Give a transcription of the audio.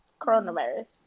coronavirus